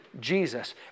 Jesus